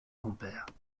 compères